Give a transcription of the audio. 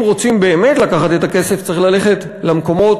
אם רוצים באמת לקחת את הכסף צריך ללכת למקומות